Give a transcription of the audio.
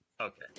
Okay